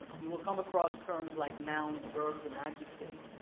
you will come across terms like nouns, verbs and adjectives,